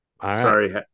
Sorry